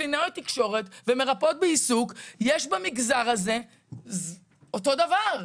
קלינאיות תקשורת ומרפאות בעיסוק יש במגזר הזה אותו דבר,